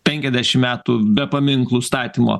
penkiasdešimt metų be paminklų statymo